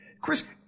Chris